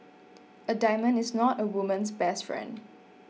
a diamond is not a woman's best friend